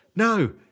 no